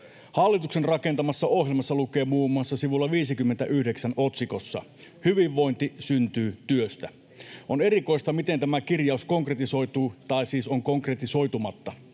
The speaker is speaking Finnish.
Hallituksen rakentamassa ohjelmassa lukee muun muassa sivulla 59 otsikossa: ”Hyvinvointi syntyy työstä.” On erikoista, miten tämä kirjaus konkretisoituu, tai siis on konkretisoitumatta.